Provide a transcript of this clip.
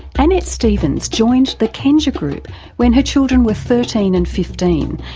annette stephens joined the kenja group when her children were thirteen and fifteen,